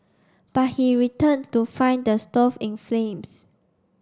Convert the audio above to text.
but he returned to find the stove in flames